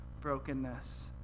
brokenness